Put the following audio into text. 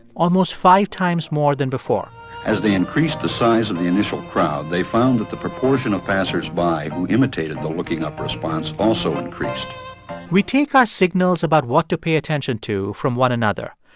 almost five times more than before as they increased the size of the initial crowd, they found that the proportion of passers-by who imitated the looking up response also increased we take our signals about what to pay attention to from one another.